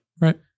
Right